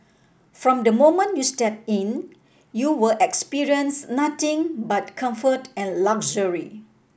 from the moment you step in you will experience nothing but comfort and luxury